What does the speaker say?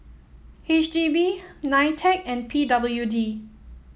H D B Nitec and P W D